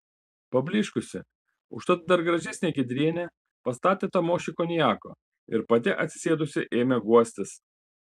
pablyškusi užtat dar gražesnė giedrienė pastatė tamošiui konjako ir pati atsisėdusi ėmė guostis